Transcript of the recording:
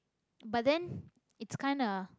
but then it's kinda